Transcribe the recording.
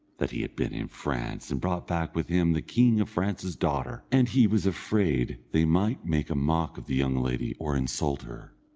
that he had been in france and brought back with him the king of france's daughter, and he was afraid they might make a mock of the young lady or insult her.